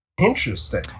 Interesting